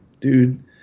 dude